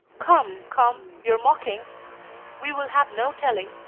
come, come, you're mocking we will have no telling.